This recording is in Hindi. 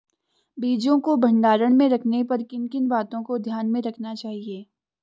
बीजों को भंडारण में रखने पर किन किन बातों को ध्यान में रखना चाहिए?